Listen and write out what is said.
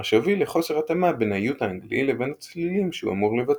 מה שהוביל לחוסר התאמה בין האיות האנגלי לבין הצלילים שהוא אמור לבטא.